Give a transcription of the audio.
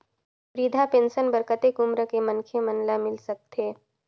वृद्धा पेंशन बर कतेक उम्र के मनखे मन ल मिल सकथे?